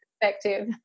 perspective